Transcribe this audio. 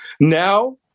Now